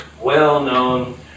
well-known